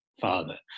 father